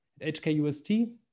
HKUST